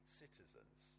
citizens